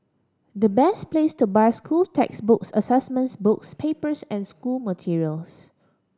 the best place to buy school textbooks assessments books papers and school materials